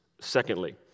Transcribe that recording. secondly